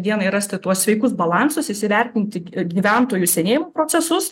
dienai rasti tuos sveikus balansus įsivertinti gyventojų senėjimo procesus